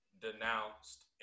denounced